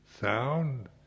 sound